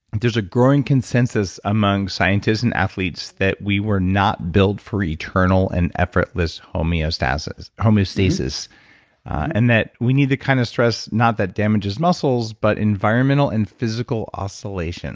there's a growing consensus among scientists and athletes that we were not built for eternal and effortless homeostasis homeostasis and that we neither kind of so not that damages muscles but environmental and physical oscillation